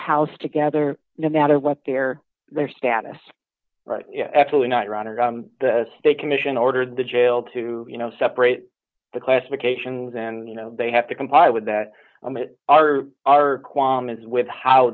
house together no matter what their their status right absolutely not running the state commission ordered the jail to you know separate the classifications and you know they have to comply with that i mean it are our qualms with how